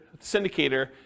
syndicator